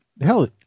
Hell